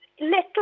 Little